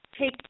take